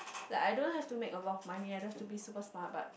like I don't have to make a lot of money I don't have to be super smart but